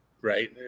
right